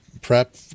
prep